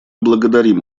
благодарим